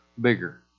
bigger